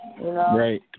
Right